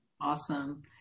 Awesome